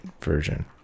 version